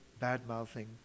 badmouthing